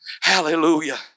hallelujah